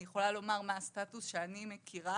אני יכולה לומר מה הסטטוס שאני מכירה,